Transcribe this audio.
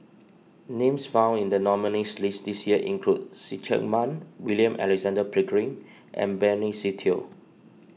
names found in the nominees' list this year include See Chak Mun William Alexander Pickering and Benny Se Teo